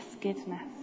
goodness